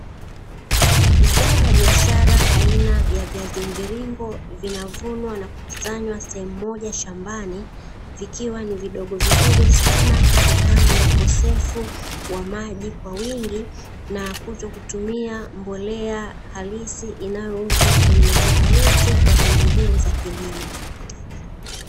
Zao la biashara aina ya viazi mviringo vinavunwa na kukusanywa sehemu moja shambani, vikiwa ni vidogo vidogo sana kutokana na ukosefu wa maji kwa wingi na kutokutumia mbolea halisi inayouzwa katika maduka yote ya pembejeo za kilimo.